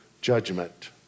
judgment